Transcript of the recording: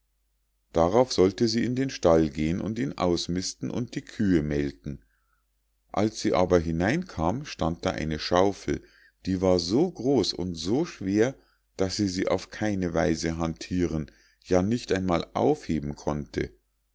darauf sollte sie in den stall gehen und ihn ausmisten und die kühe melken als sie aber hineinkam stand da eine schaufel die war so groß und so schwer daß sie sie auf keine weise handthieren ja nicht einmal aufheben konnte